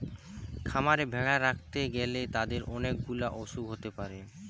খামারে ভেড়া রাখতে গ্যালে তাদের অনেক গুলা অসুখ হতে পারে